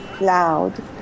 loud